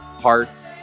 parts